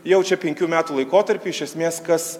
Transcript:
jau čia penkių metų laikotarpiui iš esmės kas